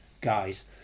guys